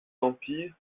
empire